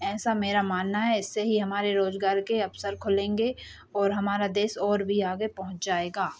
ऐसा मेरा मानना है इससे ही हमारे रोजगार के अवसर खुलेंगे और हमारा देश और भी आगे पहुँच जाएगा